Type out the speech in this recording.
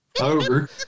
over